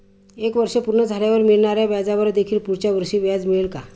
एक वर्ष पूर्ण झाल्यावर मिळणाऱ्या व्याजावर देखील पुढच्या वर्षी व्याज मिळेल का?